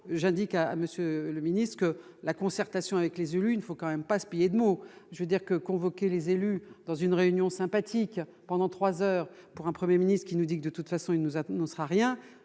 j'indique à monsieur le ministre, que la concertation avec les yeux, il ne faut quand même pas se payer de mots, je veux dire que convoquer les élus dans une réunion sympathique pendant 3 heures pour un 1er ministre qui nous dit que de toute façon il nous annoncera rien